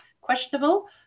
questionable